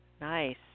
Nice